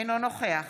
אינו נוכח